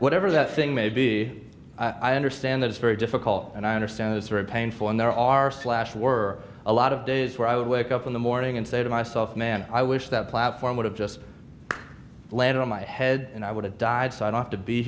whatever that thing may be i understand that it's very difficult and i understand it's very painful and there are slash were a lot of days where i would wake up in the morning and say to myself man i wish that platform would have just landed on my head and i would have died so i